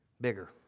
bigger